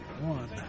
One